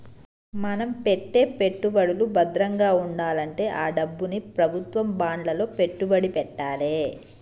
మన పెట్టే పెట్టుబడులు భద్రంగా వుండాలంటే ఆ డబ్బుని ప్రభుత్వం బాండ్లలో పెట్టుబడి పెట్టాలే